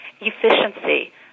efficiency